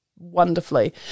wonderfully